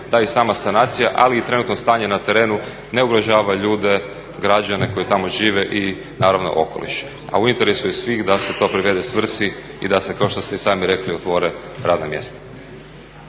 da i sama sanacija, ali i trenutno stanje na terenu ne ugrožava ljude, građane koji tamo žive i naravno okoliš. A u interesu je svih da se to privede svrsi i da se kao što ste i sami rekli otvore radna mjesta.